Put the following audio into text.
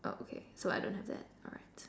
oh okay so I don't have that alright